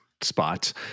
spots